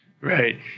Right